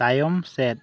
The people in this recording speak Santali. ᱛᱟᱭᱚᱢ ᱥᱮᱫ